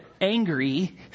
angry